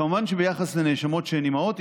כמובן שביחס לנאשמות שהן אימהות,